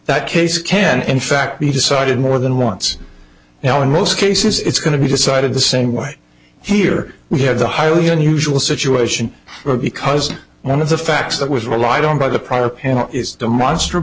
that case can in fact be decided more than once now in most cases it's going to be decided the same way here we have the highly unusual situation where because one of the facts that was relied on by the prior panel is demonst